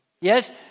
Yes